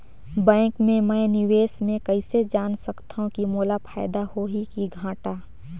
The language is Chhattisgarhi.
बैंक मे मैं निवेश मे कइसे जान सकथव कि मोला फायदा होही कि घाटा?